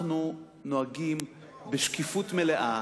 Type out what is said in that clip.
נוהגים בשקיפות מלאה,